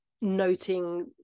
noting